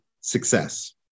success